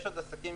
יש עוד עסקים